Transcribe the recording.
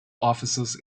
offices